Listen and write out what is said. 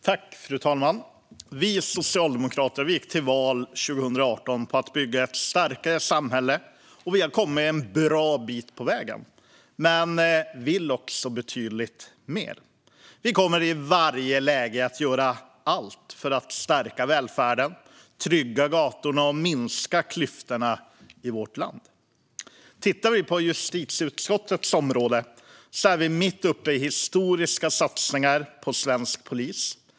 Fru talman! Vi socialdemokrater gick till val 2018 på att bygga ett starkare samhälle. Vi har kommit en bra bit på vägen, men vi vill betydligt mer. Vi kommer i varje läge att göra allt för att stärka välfärden, trygga gatorna och minska klyftorna i vårt land. På justitieutskottets område är vi mitt uppe i historiska satsningar på svensk polis.